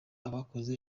abakoze